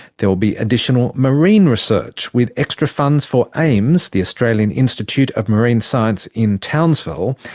there will be additional marine research with extra funds for aims, the australian institute of marine science in townsville.